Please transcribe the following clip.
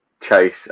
Chase